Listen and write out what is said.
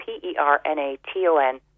P-E-R-N-A-T-O-N